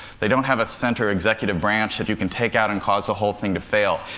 they don't have a center executive branch that you can take out and cause the whole thing to fail.